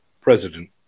president